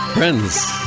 Friends